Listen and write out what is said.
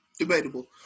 Debatable